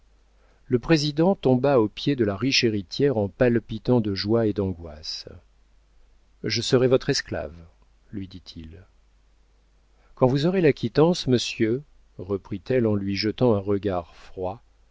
le président tomba aux pieds de la riche héritière en palpitant de joie et d'angoisse je serai votre esclave lui dit-il quand vous aurez la quittance monsieur reprit-elle en lui jetant un regard froid